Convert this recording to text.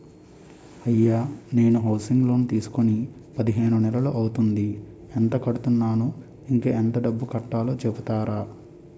అయ్యా నేను housing loan తీసుకొని పదిహేను నెలలు అవుతోందిఎంత కడుతున్నాను, ఇంకా ఎంత డబ్బు కట్టలో చెప్తారా?